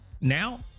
now